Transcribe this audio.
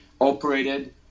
operated